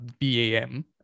BAM